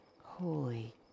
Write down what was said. Holy